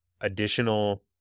additional